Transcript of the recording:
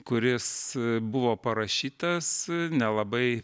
kuris buvo parašytas nelabai